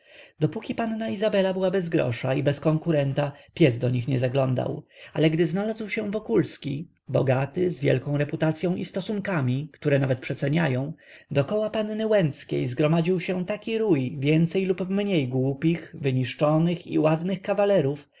dopóki panna izabela była bez grosza i bez konkurenta pies do nich nie zaglądał ale gdy znalazł się wokulski bogaty z wielką reputacyą i stosunkami które nawet przeceniają dokoła panny łęckiej zgromadził się taki rój więcej lub mniej głupich wyniszczonych i ładnych kawalerów że